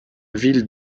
ville